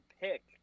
pick